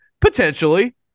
Potentially